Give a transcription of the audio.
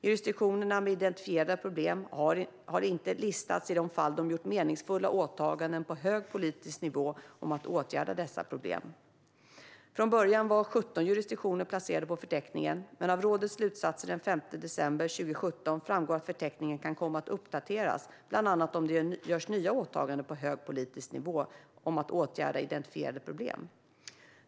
Jurisdiktioner med identifierade problem har inte listats i de fall de har gjort meningsfulla åtaganden på hög politisk nivå om att åtgärda dessa problem. Från början var 17 jurisdiktioner placerade på förteckningen, men av rådets slutsatser den 5 december 2017 framgår att förteckningen kan komma att uppdateras bland annat om det görs nya åtaganden på hög politisk nivå om att åtgärda identifierade problem.